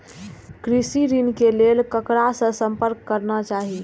कृषि ऋण के लेल ककरा से संपर्क करना चाही?